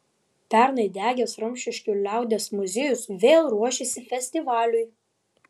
pernai degęs rumšiškių liaudies muziejus vėl ruošiasi festivaliui